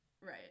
Right